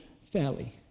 fairly